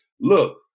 look